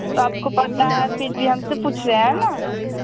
तो आपको पता है फिर भी हमसे पूछ रहे हैं ना